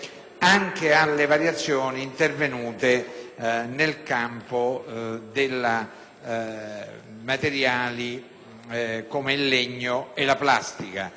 anche alle variazioni intervenute nel campo di materiali come il legno e la plastica.